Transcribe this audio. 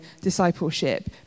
discipleship